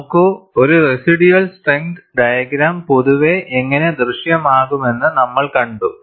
നോക്കൂ ഒരു residual strength diagram പൊതുവെ എങ്ങനെ ദൃശ്യമാകുമെന്ന് നമ്മൾ കണ്ടു